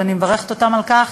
ואני מברכת אותן על כך,